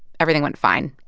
everything went fine.